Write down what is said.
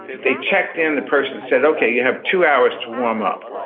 they checked in, the person said, okay, you have two hours to warm up.